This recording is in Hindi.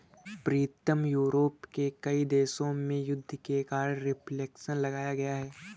प्रीतम यूरोप के कई देशों में युद्ध के कारण रिफ्लेक्शन लाया गया है